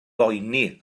boeni